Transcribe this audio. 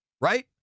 right